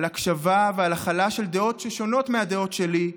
על הקשבה ועל הכלה של דעות שונות מהדעות שלי,